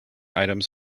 items